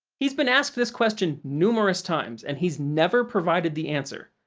he's been asked this question numerous times, and he's never provided the answer.